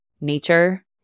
nature